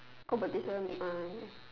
competition